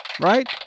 Right